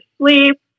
sleep